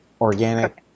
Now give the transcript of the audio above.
organic